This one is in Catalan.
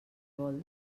vol